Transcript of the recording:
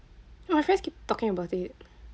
ya my friends keep talking about it